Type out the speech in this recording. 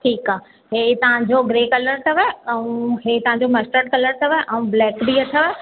ठीकु आहे हे तव्हांजो ग्रे कलर अथव ऐं हे तव्हांजो मस्टड कलर अथव ऐं ब्लेक बि अथव